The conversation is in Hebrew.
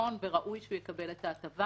שנכון וראוי שיקבל את ההטבה.